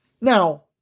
Now